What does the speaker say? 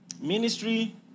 Ministry